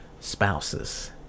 spouses